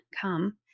come